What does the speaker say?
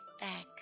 back